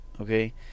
okay